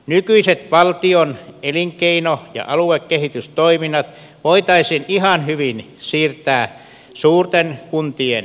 nykyiset valtion elinkeino ja aluekehitystoiminnat voitaisiin ihan hyvin siirtää suurten kuntien tehtäväksi